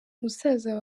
musaza